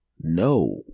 No